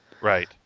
Right